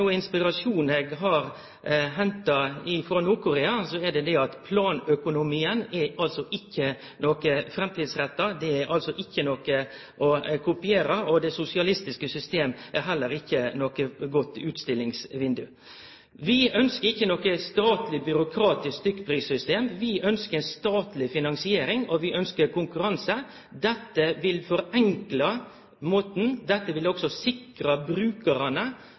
inspirasjon eg har henta frå Nord-Korea, er det det at planøkonomien ikkje er framtidsretta. Det er ikkje noko å kopiere. Det sosialistiske systemet er heller ikkje noko godt utstillingsvindauge. Vi ønskjer ikkje eit statleg byråkratisk stykkprissystem. Vi ønskjer ei statleg finansiering, og vi ønskjer konkurranse. Dette vil forenkle. Dette vil også sikre at brukarane